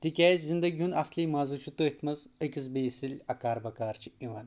تِکیازِ زِنٛدَگی ہُنٛد اَصلِی مَزٕ چھُ تٔتھۍ منٛز أکِس بیٚیِس یَیٚلہِ اَکار بَکار چھِ یِوان